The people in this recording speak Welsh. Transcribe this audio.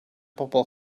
bobl